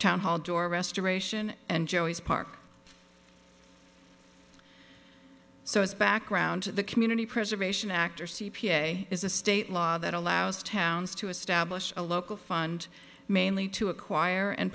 town hall door restoration and joey's park so as background the community preservation act or c p a is a state law that allows towns to establish a local fund mainly to acquire and